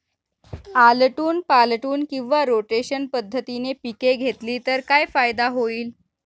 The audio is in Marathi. आलटून पालटून किंवा रोटेशन पद्धतीने पिके घेतली तर काय फायदा होईल?